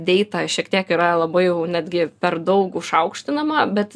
deita šiek tiek yra labai jau netgi per daug užaukštinama bet